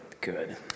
Good